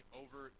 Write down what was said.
over